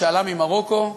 עלה ממרוקו.